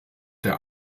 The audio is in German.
der